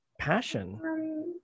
passion